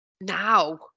Now